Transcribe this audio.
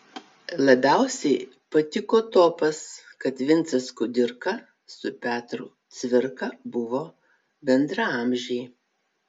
labiausiai patiko topas kad vincas kudirka su petru cvirka buvo bendraamžiai